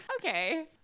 okay